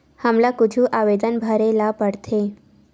हमला कुछु आवेदन भरेला पढ़थे?